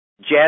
Jazz